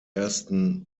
ersten